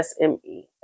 SME